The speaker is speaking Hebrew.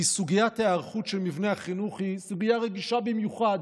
כי סוגיית ההיערכות של מבני החינוך היא סוגיה רגישה במיוחד,